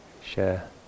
share